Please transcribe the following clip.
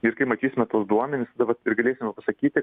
ir kai matysime tuos duomenis tada vat ir galėsime pasakyti